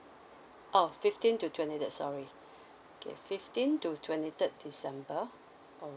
oh fifteen to twenty third sorry fifteen to twenty third december